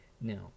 Now